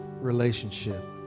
relationship